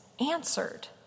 answered